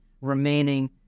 remaining